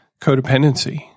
codependency